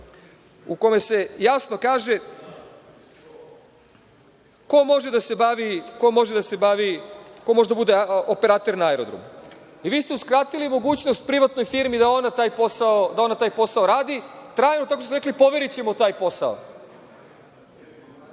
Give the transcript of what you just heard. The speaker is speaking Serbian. u kome se jasno kaže ko može da bude operater na aerodromu. Vi ste uskratili mogućnost privatnoj firmi da ona taj posao radi, tako što ste rekli – pomerićemo taj posao.